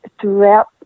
throughout